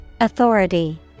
Authority